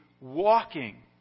walking